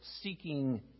seeking